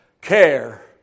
care